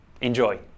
Enjoy